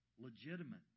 legitimate